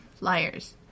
liars